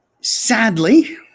Sadly